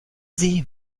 sie